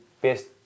best